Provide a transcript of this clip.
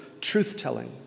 truth-telling